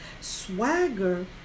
Swagger